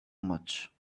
much